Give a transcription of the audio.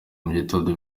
mugitondo